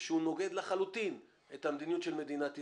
ושהוא נוגד לחלוטין את המדיניות של מדינת ישראל,